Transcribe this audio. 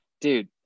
dude